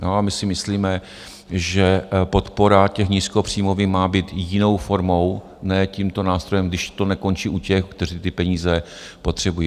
A my si myslíme, že podpora nízkopříjmových má být jinou formou, ne tímto nástrojem, když to nekončí u těch, kteří ty peníze potřebují.